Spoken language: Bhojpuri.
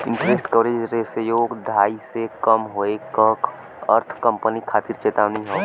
इंटरेस्ट कवरेज रेश्यो ढाई से कम होये क अर्थ कंपनी खातिर चेतावनी हौ